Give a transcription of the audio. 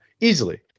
Easily